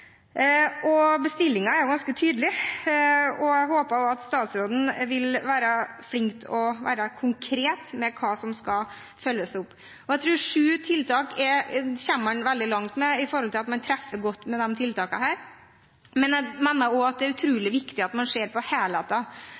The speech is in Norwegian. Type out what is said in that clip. er ganske tydelig, og jeg håper statsråden vil være flink til å være konkret på hva som skal følges opp. Jeg tror man kommer veldig langt med sju tiltak, for man treffer godt med disse tiltakene, men jeg mener også at det er utrolig viktig at man ser på helheten.